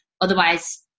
otherwise